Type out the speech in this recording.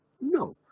no